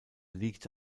liegt